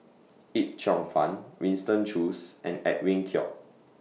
Yip Cheong Fun Winston Choos and Edwin Koek